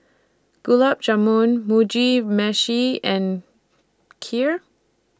Gulab Jamun Mugi Meshi and Kheer